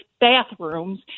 bathrooms